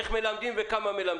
איך וכמה.